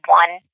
one